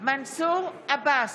מנסור עבאס,